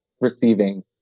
receiving